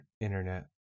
internet